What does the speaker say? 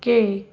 cake